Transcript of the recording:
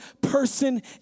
person